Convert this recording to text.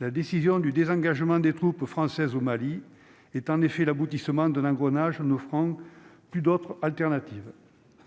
la décision du désengagement des troupes françaises au Mali est en effet l'aboutissement de l'engrenage en offrant plus d'autres alternatives